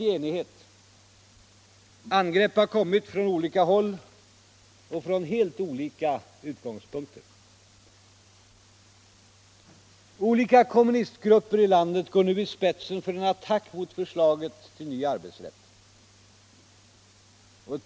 Angrepp har kommit från olika håll och från helt olika utgångspunkter. Olika kommunistgrupper i landet går nu i spetsen för en attack mot förslaget till ny arbetsrätt.